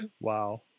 Wow